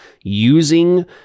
using